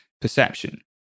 perception